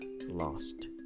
lost